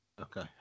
Okay